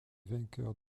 vainqueurs